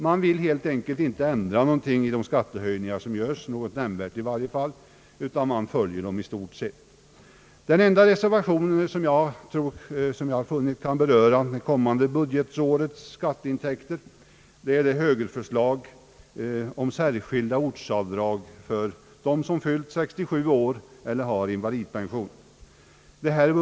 Man vill inte ändra någonting nämnvärt i de skattehöjningar, som föreslås, utan man följer dem i stort sett. Den enda reservation som jag har funnit kan beröra det kommande budgetårets skatteintäkter är ett högerförslag om särskilda ortsavdrag för dem som fyllt 67 år eller som har invalidpension.